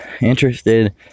interested